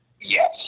Yes